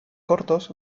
cortos